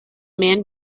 man